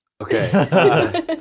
Okay